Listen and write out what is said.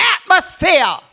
atmosphere